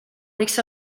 võiks